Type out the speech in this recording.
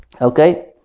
Okay